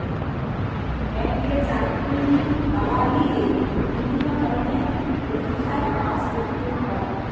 ব্যাংকে চাকরি পাবার লিগে বিভিন্ন ধরণের পরীক্ষায় পাস্ করতে হয়